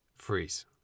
Freeze